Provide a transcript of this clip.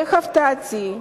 להפתעתי,